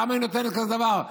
למה היא נותנת כזה דבר?